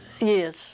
Yes